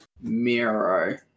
Miro